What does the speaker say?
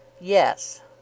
Yes